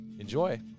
Enjoy